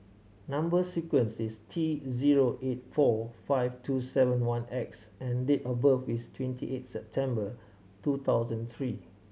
number sequence is T zero eight four five two seven one X and date of birth is twenty eight September two thousand three